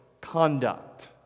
conduct